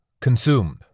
Consumed